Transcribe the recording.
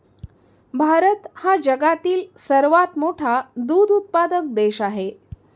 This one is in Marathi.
भारत हा जगातील सर्वात मोठा दूध उत्पादक देश आहे